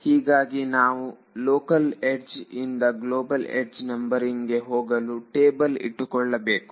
ಹೀಗಾಗಿ ನಾವು local edge ಇಂದ ಗ್ಲೋಬಲ್ ಎಡ್ಜ್ ನಂಬರಿಂಗ್ ಗೆ ಹೋಗಲು ಟೇಬಲ್ ಇಟ್ಟುಕೊಳ್ಳಬೇಕು